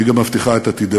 היא גם מבטיחה את עתידנו.